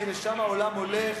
כי לשם העולם הולך.